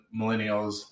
millennials